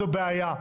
זו בעיה.